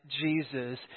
Jesus